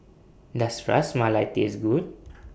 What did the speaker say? Does Ras Malai Taste Good